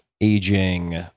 Aging